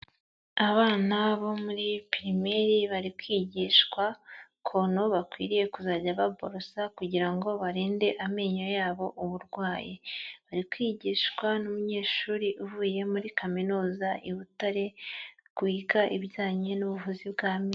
Abana bo muri pirimeri bari kwigishwa ukuntu bakwiriye kuzajya baborosa kugira ngo barinde amenyo yabo uburwayi, bari kwigishwa n'umunyeshuri uvuye muri kaminuza i Butare kwiga ibijyanye n'ubuvuzi bw'amenyo.